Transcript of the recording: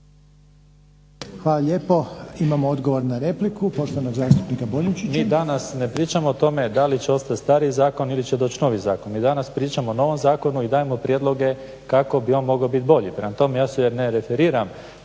Hvala lijepo. Imamo odgovor na repliku poštovanog zastupnika Boljunčića. **Boljunčić, Valter (IDS)** Mi danas ne pričamo o tome da li će ostat stari zakon ili će doć novi. Mi danas pričamo o novom zakonu i dajemo prijedloge kako bi on mogao bit bolji. Prema tome, ja se ne referiram